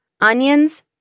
Onions